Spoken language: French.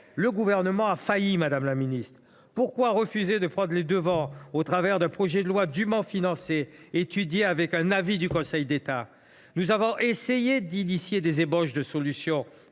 Le Gouvernement a failli, madame la ministre ! Pourquoi refuser de prendre les devants au travers d’un projet de loi dûment financé et accompagné d’un avis du Conseil d’État ? Nous avons essayé de lancer des ébauches de solutions